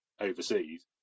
overseas